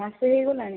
ମାସେ ହେଇଗଲାଣି